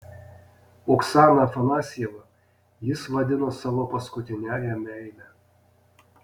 oksaną afanasjevą jis vadino savo paskutiniąja meile